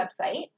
website